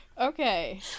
Okay